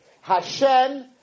Hashem